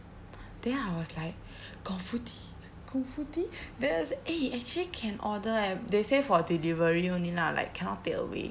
then I was like Kung Fu Tea Kung Fu Tea then I said eh actually can order eh they say for delivery only lah like cannot takeaway